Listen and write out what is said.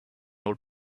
old